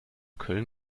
köln